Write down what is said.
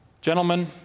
Gentlemen